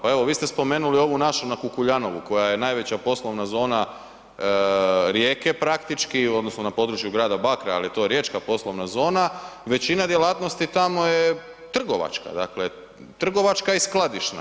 Pa evo vi ste spomenuli ovu našu na Kukuljanovu koja je najveća poslovna zona Rijeke praktički, odnosno na području grada Bakra ali to je riječka poslovna zona većina djelatnosti tamo je trgovačka, dakle trgovačka i skladišna.